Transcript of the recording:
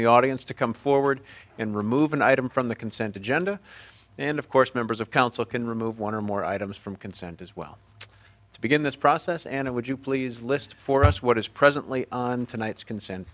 the audience to come forward and remove an item from the consent agenda and of course members of council can remove one or more items from consent as well to begin this process and it would you please list for us what is presently on tonight's consent